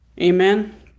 Amen